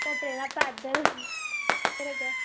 कटरे दा पैदल